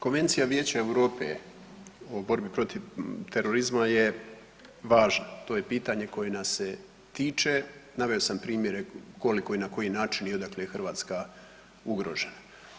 Konvencija Vijeća EU o borbi protiv terorizma je važna, to je pitanje koje nas se tiče, naveo sam primjere koliko i na koji način i odakle Hrvatska ugrožena.